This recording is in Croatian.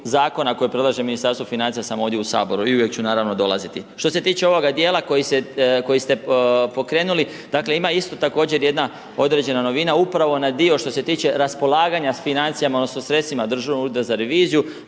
zakona koje predlaže Ministarstvo financija sam ovdje u saboru i uvijek ću naravno dolaziti. Što se tiče ovoga dijela koji ste pokrenuli, dakle ima isto također jedna određena novina, upravo na onaj dio što se tiče raspolaganja financijama odnosno sredstvima Državnog ureda za reviziju,